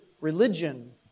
religion